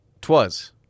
Twas